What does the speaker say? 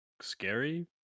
scary